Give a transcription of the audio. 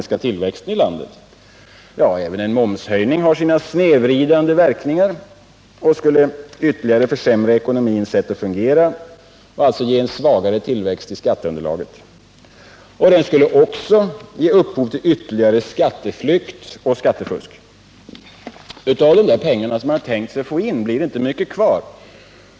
Skattehöjningen snedvrider ytterligare ekonomins sätt att fungera och ger en svagare tillväxt i skatteunderlaget. Den kommer också att ge upphov till ytterligare skatteflykt och skattefusk. Av de pengar som man hade tänkt sig få in blir det inte mycket kvar.